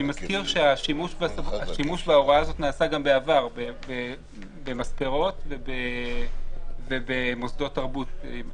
השימוש בהוראה הזאת נעשה בעבר במספרות ובמוסדות תרבות.